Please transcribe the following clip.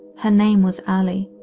her name was allie.